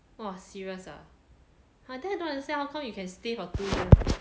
!wah! serious ah !huh! then I don't understand how come you can stay for two years